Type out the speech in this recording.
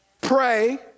pray